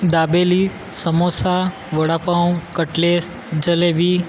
dabeli samosa vada pav cutlets jalebi